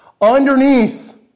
underneath